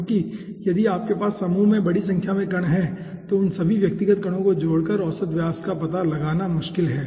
क्योंकि यदि आपके पास समूह में बड़ी संख्या में कण हैं तो उन सभी व्यक्तिगत कणों को जोड़कर औसत व्यास का पता लगाना मुश्किल है